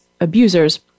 abusers